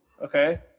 Okay